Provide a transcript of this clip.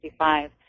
1965